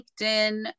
LinkedIn